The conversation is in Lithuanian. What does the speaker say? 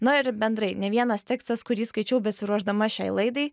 na ir bendrai ne vienas tekstas kurį skaičiau besiruošdama šiai laidai